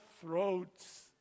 throats